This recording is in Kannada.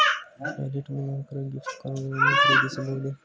ವ್ಯಾಲೆಟ್ ಮುಖಾಂತರ ಗಿಫ್ಟ್ ಕಾರ್ಡ್ ಗಳನ್ನು ಖರೀದಿಸಬಹುದೇ?